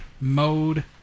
mode